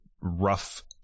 rough